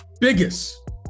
Biggest